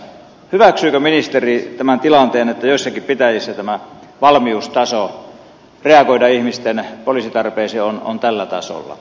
hyväksyykö ministeri tämän tilanteen että joissakin pitäjissä tämä valmiustaso reagoida ihmisten poliisitarpeeseen on tällä tasolla